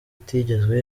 itigeze